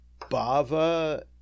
Bava